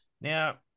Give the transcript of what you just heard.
Now